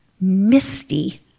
misty